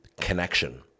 connection